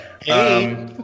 Hey